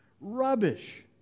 rubbish